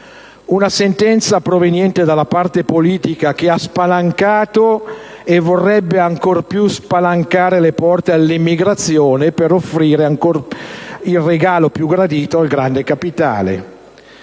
una sentenza proveniente dalla parte politica che ha spalancato e vorrebbe ancor più spalancare le porte all'immigrazione per offrire il regalo più gradito al grande capitale: